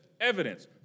evidence